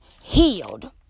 healed